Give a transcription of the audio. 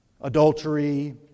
adultery